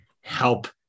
help